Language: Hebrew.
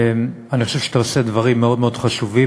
ואני חושב שאתה עושה דברים מאוד מאוד חשובים.